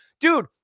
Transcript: Dude